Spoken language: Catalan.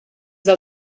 del